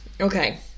okay